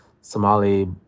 Somali